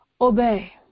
obey